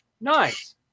nice